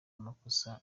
amakosa